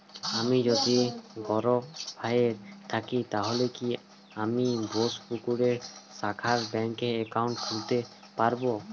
আমি যদি গরফায়ে থাকি তাহলে কি আমি বোসপুকুরের শাখায় ব্যঙ্ক একাউন্ট খুলতে পারবো?